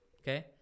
Okay